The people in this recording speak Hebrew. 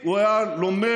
הוא היה לומד